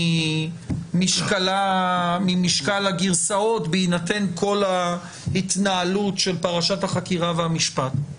ממשקל הגרסאות בהינתן כל ההתנהלות של פרשת החקירה והמשפט.